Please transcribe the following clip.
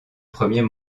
premier